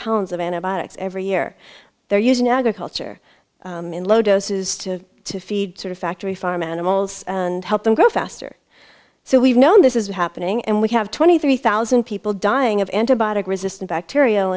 pounds of antibiotics every year they're using agriculture in low doses to to feed to factory farm animals and help them grow faster so we've known this is happening and we have twenty three thousand people dying of antibiotic resistant bacteria